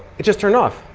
it just turned off!